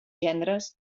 gendres